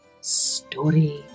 Story